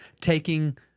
taking